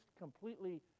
completely